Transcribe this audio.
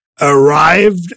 arrived